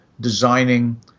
designing